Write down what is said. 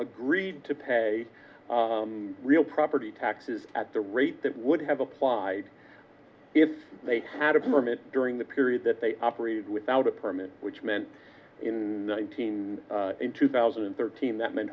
agreed to pay real property taxes at the rate that would have applied if they had a permit during the period that they operated without a permit which meant in nineteen in two thousand and thirteen that meant